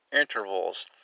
intervals